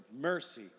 mercy